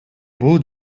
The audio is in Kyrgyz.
бул